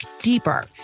deeper